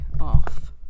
off